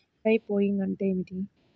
Dry sowing అంటే ఏమిటి?